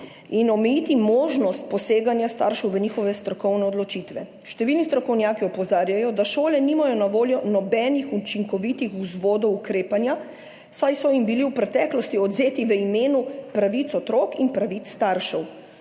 in omejiti možnost poseganja staršev v njihove strokovne odločitve. Številni strokovnjaki opozarjajo, da šole nimajo na voljo nobenih učinkovitih vzvodov ukrepanja, saj so jim bili v preteklosti odvzeti v imenu pravic otrok in pravic staršev.